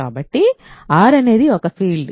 కాబట్టి R అనేది ఒక ఫీల్డ్